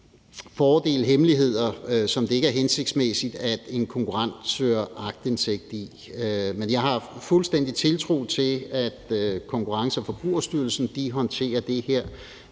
fordele og hemmeligheder, som det ikke er hensigtsmæssigt at en konkurrent søger aktindsigt i. Men jeg har fuldstændig tiltro til, at Konkurrence- og Forbrugerstyrelsen håndterer det her